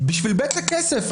בשביל בצע כסף.